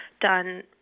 done